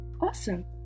awesome